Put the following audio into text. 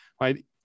right